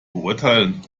beurteilen